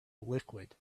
liquid